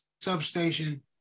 substation